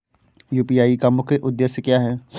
UPI का मुख्य उद्देश्य क्या है?